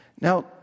Now